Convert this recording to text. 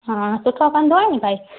हा सुठो कंदो आहे नी भाई